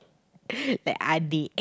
like adik